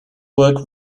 work